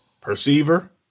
Perceiver